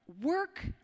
Work